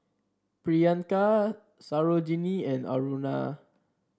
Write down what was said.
Priyanka Sarojini and Aruna